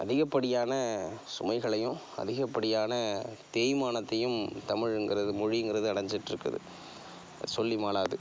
அதிகப்படியான சுமைகளையும் அதிகப்படியான தேய்மானத்தையும் தமிழுங்கிறது மொழிங்கிறது அடைஞ்சிட்டிருக்கு சொல்லி மாளாது